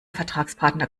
vertragspartner